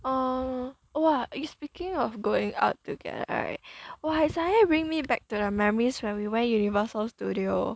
uh !wah! eh speaking of going out together right !wah! eh suddenly bring me back to the memories where we went Universal Studios